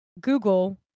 Google